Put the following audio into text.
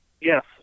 Yes